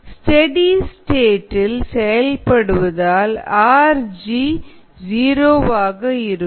steady state ட்டில் செயல்படுவதால் rg zero வாக இருக்கும்